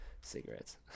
cigarettes